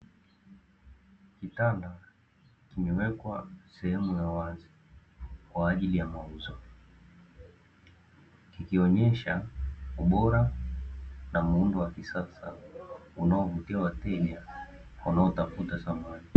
Kitanda kimewekwa sehemu ya wazi kwa ajili ya mauzo, kikionyesha ubora na muundo wa kisasa unaovutia wateja wanaotafuta samani.